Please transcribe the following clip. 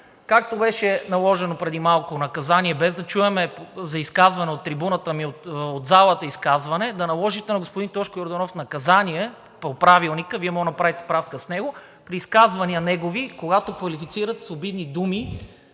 Както беше наложено преди малко наказание, без да чуем изказване от трибуната, а изказване от залата, да наложите на господин Тошко Йорданов наказание по Правилника. Вие можете да направите справка при негови изказвания, когато квалифицира с обидни думи